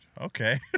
Okay